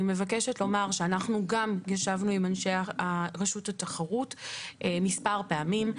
אני מבקשת לומר שגם אנחנו ישבנו עם אנשי רשות התחרות מספר פעמים.